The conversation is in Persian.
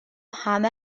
همه